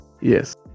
yes